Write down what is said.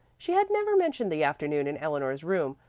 she had never mentioned the afternoon in eleanor's room,